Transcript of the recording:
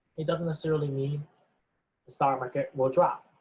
it doesn't necessarily mean the stock market will drop